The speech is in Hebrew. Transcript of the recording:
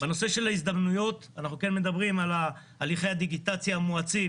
בנושא של ההזדמנויות אנחנו כן מדברים על הליכי הדיגיטציה המואצים.